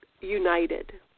united